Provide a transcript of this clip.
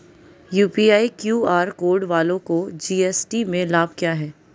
UPI QR code वालों को GST में लाभ क्या है?